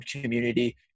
community